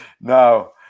No